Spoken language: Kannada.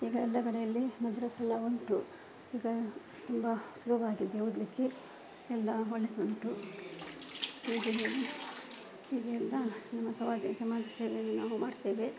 ಈಗ ಎಲ್ಲ ಕಡೆಯಲ್ಲಿ ಮದ್ರಸಾಯೆಲ್ಲ ಉಂಟು ಈಗ ತುಂಬ ಸುಲಭ ಆಗಿದೆ ಓದಲಿಕ್ಕೆ ಎಲ್ಲ ಒಳ್ಳೆದುಂಟು ಹೀಗೆ ಹೇಳಿ ಈಗೆಲ್ಲ ನಮ್ಮ ಸಮಾಜ ಸಮಾಜ ಸೇವೆಯನ್ನು ನಾವು ಮಾಡ್ತೇವೆ